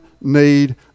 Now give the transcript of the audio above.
need